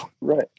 Right